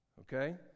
Okay